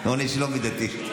עונש לא מידתי.